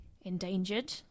endangered